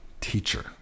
teacher